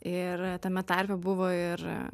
ir tame tarpe buvo ir